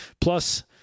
plus